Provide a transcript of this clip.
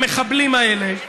המחבלים האלה,